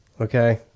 Okay